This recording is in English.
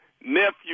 nephew